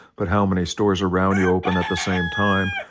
but how many stores around you open at the same time.